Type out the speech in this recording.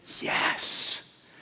Yes